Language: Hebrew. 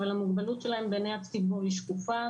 אבל המוגבלות שלהם בעיני הציבור היא שקופה,